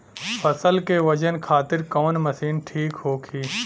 फसल के वजन खातिर कवन मशीन ठीक होखि?